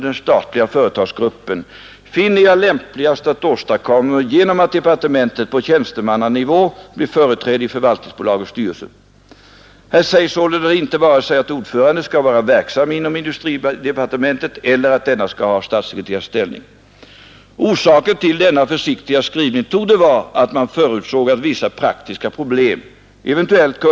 Det händer ju på åtskilliga skogstomter att man inte har hunnit med att röja undan, och det har här kommit vissa skadedjur, baggar av olika slag, och de är någon gång ofina nog att vandra från den här statsägda tomten över till författaren Vilhelm Mobergs tomt, och det tycker han nu inte om.